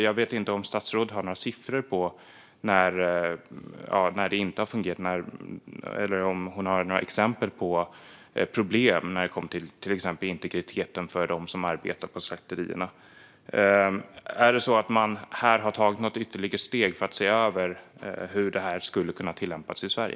Jag vet inte om statsrådet har några siffror på fall där det inte har fungerat eller några exempel på problem när det gäller exempelvis integriteten för dem som arbetar på slakterierna. Har man tagit något ytterligare steg för att se över hur detta skulle kunna tillämpas i Sverige?